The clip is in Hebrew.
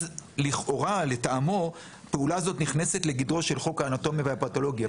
אז לכאורה לטעמו פעולה זו נכנסת לגדרו של חוק האנטומיה והפתולוגיה.